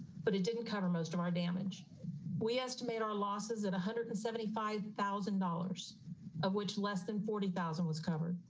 but it didn't cover most of our damage we estimate our losses and one hundred and seventy five thousand dollars of which less than forty thousand was covered